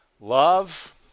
Love